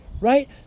right